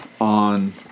on